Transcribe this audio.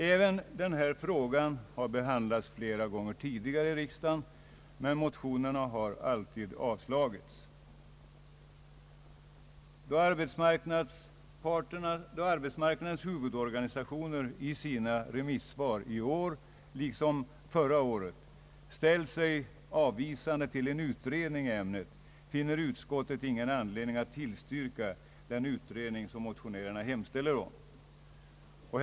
Även denna fråga har behandlats flera gånger tidigare i riksdagen, men motionerna har alltid avslagits. Då arbetsmarknadens huvudorganisationer i sina remissvar i år liksom för ra året ställt sig avvisande till en utredning i ämnet finner utskottet ingen anledning att tillstyrka den utredning som motionärerna hemställt om.